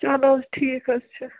چلو حظ ٹھیٖک حظ چھُ